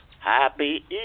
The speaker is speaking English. happy